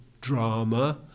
drama